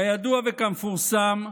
כידוע וכמפורסם,